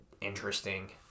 interesting